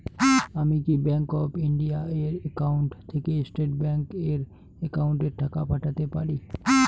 আমি কি bank of India এর একাউন্ট থেকে স্টেট ব্যাংক এর একাউন্টে টাকা পাঠাতে পারি?